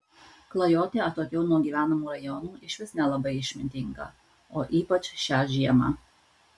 klajoti atokiau nuo gyvenamų rajonų išvis nelabai išmintinga o ypač šią žiemą